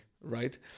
right